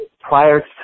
prior